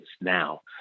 now